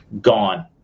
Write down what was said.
gone